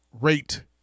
rate